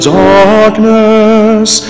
darkness